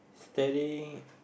selling